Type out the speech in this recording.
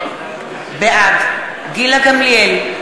בעד גילה גמליאל,